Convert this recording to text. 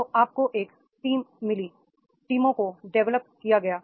तो आपको एक टीम मिली टीमों को डेवलप किया गया